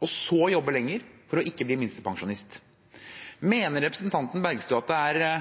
og så jobbe lenger for å ikke bli minstepensjonist. Mener representanten Bergstø at det er